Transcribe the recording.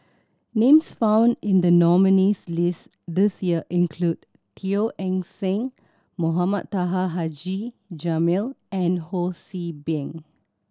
names found in the nominees' list this year include Teo Eng Seng Mohamed Taha Haji Jamil and Ho See Beng